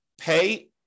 pay